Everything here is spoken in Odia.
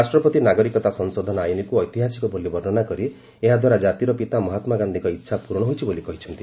ରାଷ୍ଟ୍ରପତି ନାଗରିକତା ସଂଶୋଧନ ଆଇନକୁ ଐତିହାସିକ ବୋଲି ବର୍ଷ୍ଣନା କରି ଏହାଦ୍ୱାରା କାତିର ପିତା ମହାତ୍ମାଗାନ୍ଧିଙ୍କ ଇଚ୍ଛା ପୂରଣ ହୋଇଛି ବୋଲି କହିଛନ୍ତି